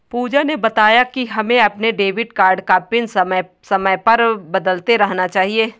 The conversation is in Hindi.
पूजा ने बताया कि हमें अपने डेबिट कार्ड का पिन समय समय पर बदलते रहना चाहिए